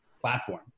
platform